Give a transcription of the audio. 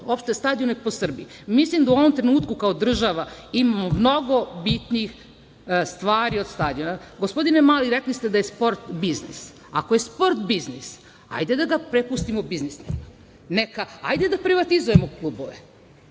uopšte stadione po Srbiji. Mislim da u ovom trenutku kao država imamo mnogo bitnijih stvari od stadiona. Gospodine Mali, rekli ste da je sport biznis. Ako je sport biznis, hajde da ga prepustimo biznismenima. Hajde da privatizujemo klubove.